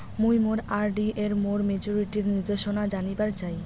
মুই মোর আর.ডি এর মোর মেচুরিটির নির্দেশনা জানিবার চাই